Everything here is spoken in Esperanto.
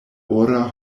ora